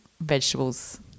vegetables